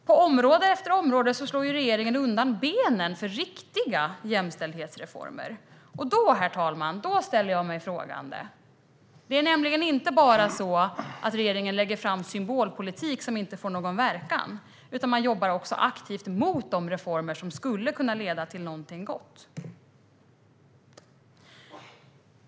På område efter område slår regeringen undan benen för riktiga jämställdhetsreformer, och då, herr talman, ställer jag mig frågande. Det är nämligen inte bara så att regeringen lägger fram symbolpolitik som inte får någon verkan, utan man jobbar också aktivt mot de reformer som skulle kunna leda till någonting gott.